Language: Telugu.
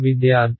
విద్యార్థి